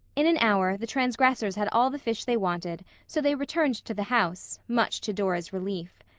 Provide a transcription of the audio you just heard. in an hour the transgressors had all the fish they wanted, so they returned to the house, much to dora's relief.